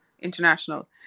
international